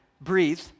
breathe